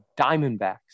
Diamondbacks